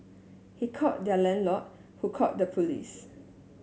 he called their landlord who called the police